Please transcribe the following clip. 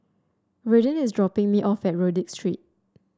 Redden is dropping me off at Rodyk Street